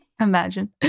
Imagine